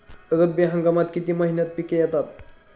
रब्बी हंगामात किती महिन्यांत पिके येतात?